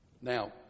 Now